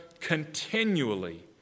continually